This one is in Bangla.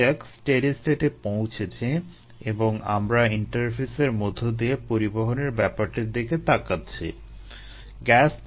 ধরা যাক স্টেডি স্টেট পৌঁছেছি এবং আমরা ইন্টারফেসের মধ্য দিয়ে পরিবহণের ব্যাপারটির দিকে তাকাচ্ছি